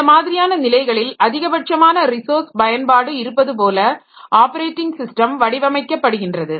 இந்த மாதிரியான நிலைகளில் அதிகபட்சமான ரிசோர்ஸ் பயன்பாடு இருப்பது போல ஆப்பரேட்டிங் ஸிஸ்டம் வடிவமைக்கப்படுகின்றது